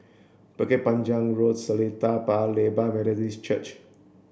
Bukit Panjang Road Seletar Paya Lebar Methodist Church